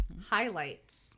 highlights